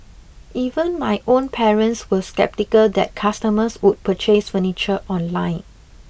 even my own parents were sceptical that customers would purchase furniture online